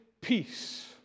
peace